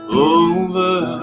over